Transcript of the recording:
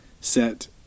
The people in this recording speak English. set